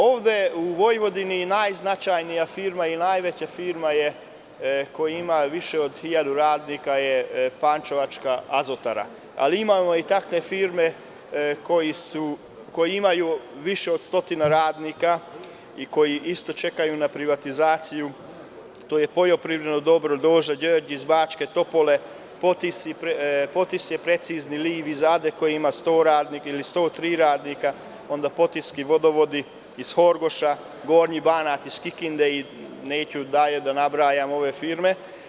Ovde u Vojvodini najznačajnija firma i najveća firma je ko ima više od 1000 radnika je Pančevačka azotara, ali imamo i takve firme koje imaju više od stotinu radnika i koje isto čekaju na privatizaciju, to je poljoprivredno dobro „Doža Đerđ“ iz Bačke Topole, „Potisje Precizni liv“ iz Ade koji ima 100 radnika ili 103 radnika, onda „Potijski vodovodi“ iz Horgoša, „Gornji Banat“ iz Kikinde i neću dalje da nabrajam ove firme.